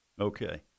Okay